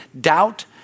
doubt